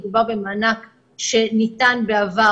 מדובר במענק שניתן בעבר,